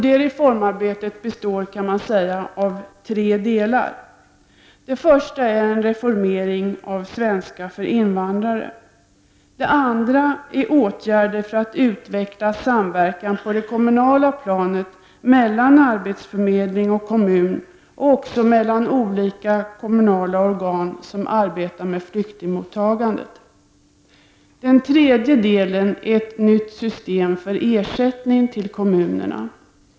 Det reformarbetet består av tre delar. Den första delen är en reformering av svenska för invandrare. Den andra är åtgärder för att utveckla samverkan på det kommunala planet mellan arbetsförmedling och kommun och också mellan olika kommunala organ som arbetar med flyktingmottagande. Den tredje delen är ett nytt system för ersättning till kommunerna.